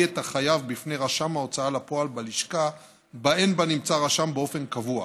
את החייב בפני רשם ההוצאה לפועל בלשכה שבה אין בנמצא רשם באופן קבוע.